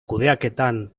kudeaketan